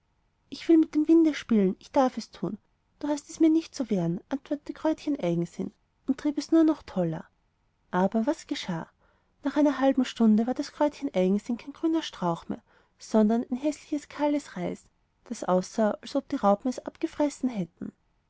ich will mit dem winde spielen ich darf es tun du hast es mir nicht zu wehren antwortete kräutchen eigensinn und trieb es nur noch toller aber was geschah nach einer halben stunde war das kräutchen eigensinn kein grüner strauch mehr sondern ein häßliches kahles reis das aussah als ob die raupen es abgefressen hätten